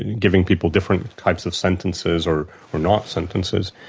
and giving people different types of sentences, or or not sentences,